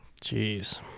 Jeez